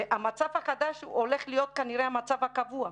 המצב החדש הולך להיות כנראה המצב הקבוע.